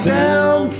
down